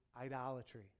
idolatry